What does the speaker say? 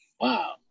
wow